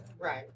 Right